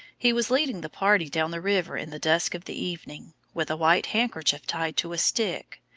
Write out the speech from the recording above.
he was leading the party down the river in the dusk of the evening, with a white handkerchief tied to a stick,